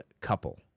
couple